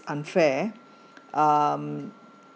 unfair um